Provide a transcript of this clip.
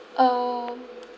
um